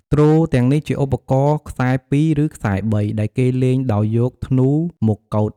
ទ្រទាំងនេះជាឧបករណ៍ខ្សែពីរ ឬខ្សែបី ដែលគេលេងដោយយកធ្នូមកកូត។